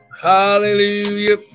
hallelujah